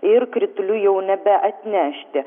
ir kritulių jau nebeatnešti